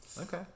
Okay